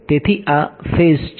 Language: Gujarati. તેથી આ ફેઝ છે